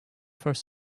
first